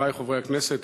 חברי חברי הכנסת,